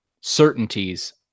certainties